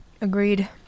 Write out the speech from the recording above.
Agreed